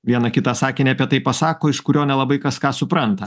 vieną kitą sakinį apie tai pasako iš kurio nelabai kas ką supranta